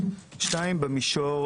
שתיים, במישור